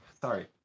sorry